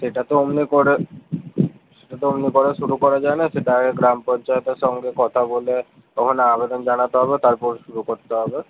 সেটা তো ওমনি করে সেটা তো ওমনি করে শুরু করা যায়না সেটা আগে গ্রাম পঞ্চায়েতের সঙ্গে কথা বলে ওখানে আবেদন জানাতে হবে তারপর শুরু করতে হবে